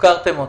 הפקרתם אותנו.